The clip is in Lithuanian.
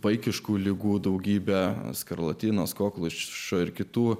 vaikiškų ligų daugybę skarlatinos kokliušo ir kitų